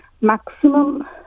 maximum